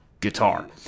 guitar